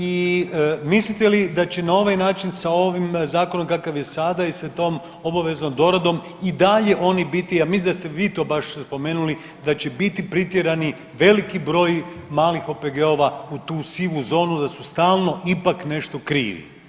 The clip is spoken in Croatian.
I mislite li da će na ovaj način sa ovim zakonom kakav je sada i sa tom obaveznom doradom i dalje oni biti, ja mislim da ste vi to baš spomenuli da će biti pritjeran veliki broj malih OPG-ova u tu sivu zonu, da su stalno ipak nešto krivi.